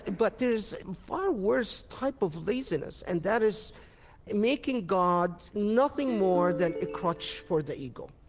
but there's a far worse type of laziness, and that is making god nothing more than a crutch for the ego.